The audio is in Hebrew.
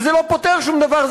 וזה לא פותר שום דבר,